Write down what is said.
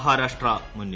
മഹാരാഷ്ട്ര മുന്നിൽ